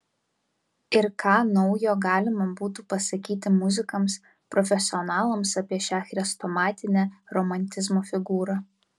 ir ką naujo galima būtų pasakyti muzikams profesionalams apie šią chrestomatinę romantizmo figūrą